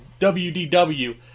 WDW